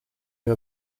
you